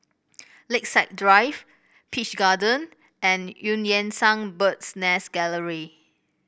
Lakeside Drive Peach Garden and Eu Yan Sang Bird's Nest Gallery